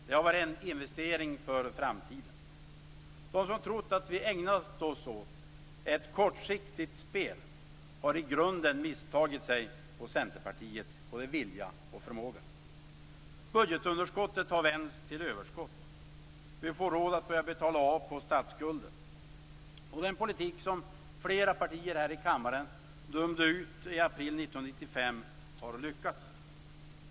Det har varit en investering för framtiden. De som trott att vi ägnat oss åt ett kortsiktigt spel har i grunden misstagit sig på Centerpartiets vilja och förmåga. Budgetunderskottet har vänts till överskott. Vi får råd att börja betala av på statsskulden. Den politik som flera partier i denna kammare dömde ut i april 1995 har lyckats.